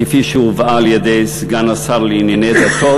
כפי שהובאה על-ידי סגן השר לענייני דתות.